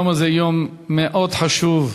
היום הזה הוא יום מאוד חשוב,